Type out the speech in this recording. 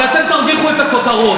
אבל אתם תרוויחו את הכותרות.